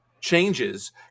changes